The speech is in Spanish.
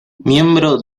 miembro